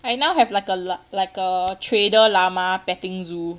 I now have like a like a trader llama petting zoo